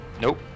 Nope